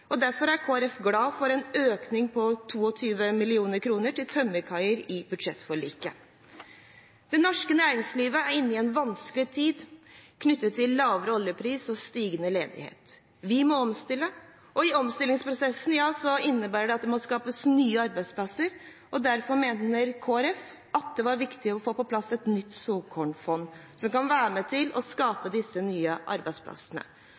videreforedling. Derfor er Kristelig Folkeparti glad for en økning på 22,5 mill. kr til tømmerkaier i budsjettforliket. Det norske næringslivet er inne i en vanskelig tid knyttet til lavere oljepris og stigende ledighet. Vi må omstille, og i omstillingsprosessen innebærer det at det må skapes nye arbeidsplasser. Derfor mener Kristelig Folkeparti at det var viktig å få på plass et nytt såkornfond, som kan være med på å skape disse nye arbeidsplassene.